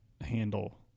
handle